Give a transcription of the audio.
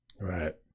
Right